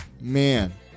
man